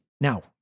Now